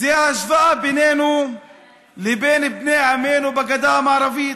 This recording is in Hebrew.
זאת השוואה בינינו לבין בני עמנו בגדה המערבית.